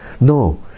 No